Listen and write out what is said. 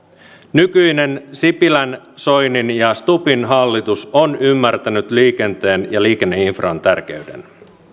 nykyinen sipilän soinin ja stubbin hallitus on ymmärtänyt liikenteen ja liikenneinfran tärkeyden